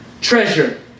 Treasure